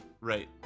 right